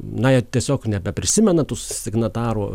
na jie tiesiog nebeprisimena tų signatarų